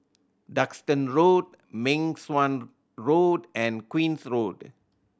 Duxton Road Meng Suan Road and Queen's Road